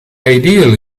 ideal